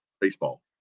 baseball